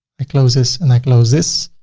i close this and i close this.